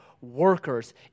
workers